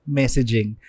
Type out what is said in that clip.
messaging